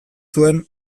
zuen